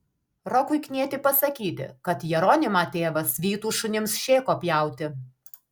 rokui knieti pasakyti kad jeronimą tėvas vytų šunims šėko pjauti